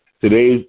Today